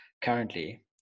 currently